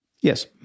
Yes